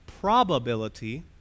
probability